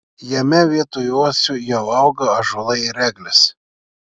jame vietoj uosių jau auga ąžuolai ir eglės